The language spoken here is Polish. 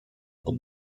pod